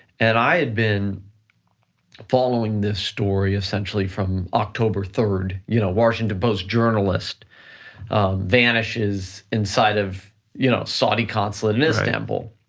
and i had been following this story, essentially, from october three. you know washington post journalist vanishes inside of you know saudi consulate in istanbul.